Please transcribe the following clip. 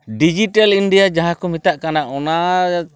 digital India ᱡᱟᱦᱟᱸ ᱠᱚ ᱢᱮᱛᱟᱜ ᱠᱟᱱᱟ ᱚᱱᱟ